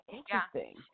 Interesting